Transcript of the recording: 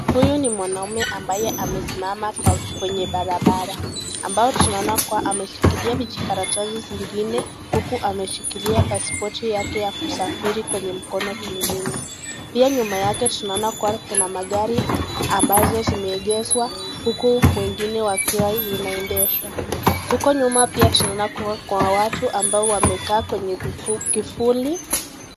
Huyu ni mwanaume ambaye amesimama kwenye barabara, ambayo tunaona kuwa ameshikilia vijikaratasi zingine uku ameshikilia passpoti yake ya kusafiri kwenye mkono kingine, pia nyuma yake tunaona kuwa kuna magari ambazo zimeengeshwa uku wengine wakiwa zinaendeshwa, uku nyuma pia tunaona kuwa kuna watu ambao wamekaa kwenye kifuli